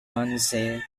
monza